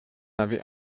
avez